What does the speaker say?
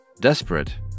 Desperate